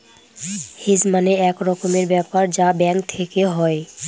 hedge মানে এক রকমের ব্যাপার যা ব্যাঙ্ক থেকে হয়